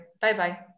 Bye-bye